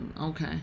okay